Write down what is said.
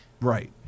Right